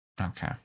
Okay